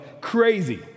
crazy